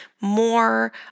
more